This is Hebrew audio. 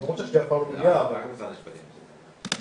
ואנחנו מצפים שיהיה המשך עיסוק בסוגיה החשובה הזאת.